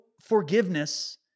forgiveness